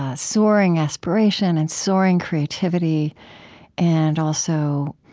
ah soaring aspiration and soaring creativity and, also,